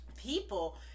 People